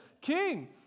king